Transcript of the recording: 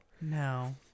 no